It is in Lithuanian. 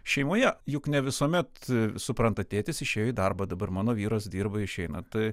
šeimoje juk ne visuomet supranta tėtis išėjo į darbą dabar mano vyras dirba išeina tai